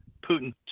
Putin